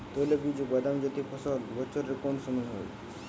তৈলবীজ ও বাদামজাতীয় ফসল বছরের কোন সময় হয়?